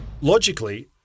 Logically